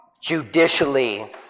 judicially